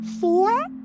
four